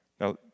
Now